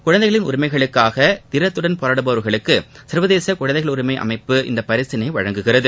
குழந்தைகளின் உரிமைகளுக்காக தீரத்துடன் போராடுபவர்களுக்கு சர்வதேச குழந்தைகள் உரிமை அமைப்பு இப்பரிசினை வழங்குகிறது